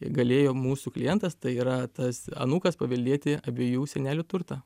galėjo mūsų klientas tai yra tas anūkas paveldėti abiejų senelių turtą